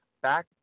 back